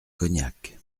cognac